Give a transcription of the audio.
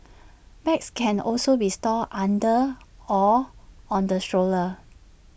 bags can also be stored under or on the stroller